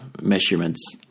measurements